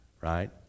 right